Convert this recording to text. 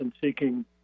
seeking